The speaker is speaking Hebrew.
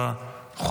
אך לא נידונו לאבדון.